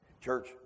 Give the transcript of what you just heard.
Church